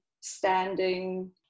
standing